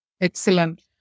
Excellent